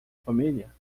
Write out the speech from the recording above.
família